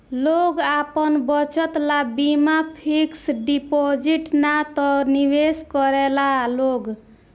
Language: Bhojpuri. लोग आपन बचत ला बीमा फिक्स डिपाजिट ना त निवेश करेला लोग